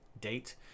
date